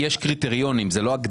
יש קריטריונים; זו לא הגדרה.